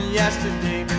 yesterday